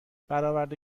برآورده